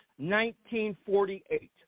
1948